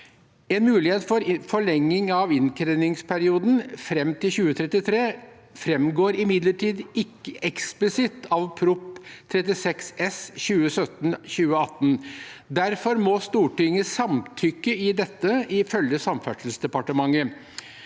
En mulighet for forlenging av innkrevingsperioden fram til 2033 framgår imidlertid ikke eksplisitt av Prop. 36 S for 2017–2018. Derfor må Stortinget samtykke til dette, ifølge Samferdselsdepartementet.